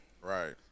Right